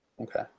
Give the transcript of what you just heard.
Okay